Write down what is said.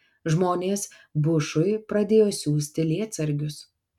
žmonės bushui pradėjo siųsti lietsargius